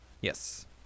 Yes